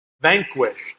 vanquished